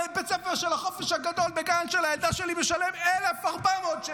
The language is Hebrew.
על בית הספר של החופש הגדול בגן של הילדה שלי משלם 1,400 שקל,